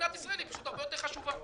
בצלאל, אבל זו חקיקה אחרת.